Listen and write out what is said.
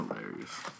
hilarious